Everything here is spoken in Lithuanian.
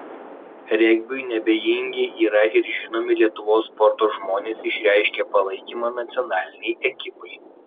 regbiui neabejingi yra ir žinomi lietuvos sporto žmonės išreiškę palaikymą nacionalinei ekipai